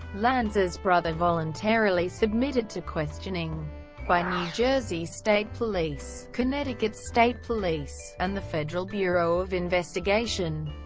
lanza's brother voluntarily submitted to questioning by new jersey state police, connecticut state police, and the federal bureau of investigation.